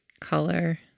color